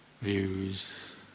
views